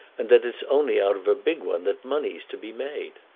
and that it's only out of a big one that money's to be made.